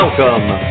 Welcome